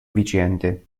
viciente